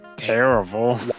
Terrible